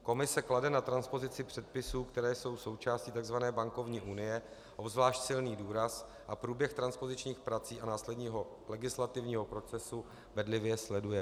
Komise klade na transpozici předpisů, které jsou součástí tzv. bankovní unie, obzvlášť silný důraz a průběh transpozičních prací a následného legislativního procesu bedlivě sleduje.